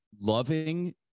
loving